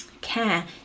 care